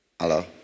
Hello